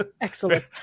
Excellent